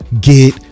get